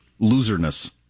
loserness